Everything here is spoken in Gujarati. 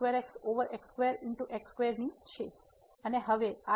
અને હવે અહીં આ લીમીટ x 0 પર જાય છે ની સમાન છે જેવું આપણે તેમના ઓવર માટે કર્યું છે